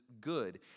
good